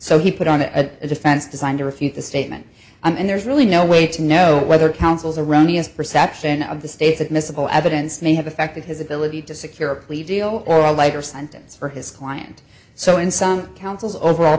so he put on a defense designed to refute the statement and there's really no way to know whether counsel's erroneous perception of the state's admissible evidence may have affected his ability to secure a plea deal or a lighter sentence for his client so in some counsel's overall